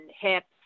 hips